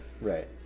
right